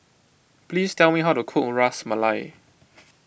please tell me how to cook Ras Malai